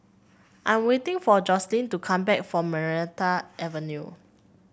I'm waiting for Joselyn to come back from Maranta Avenue